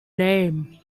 name